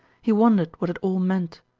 he wondered what it all meant.